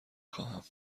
خواهم